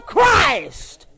Christ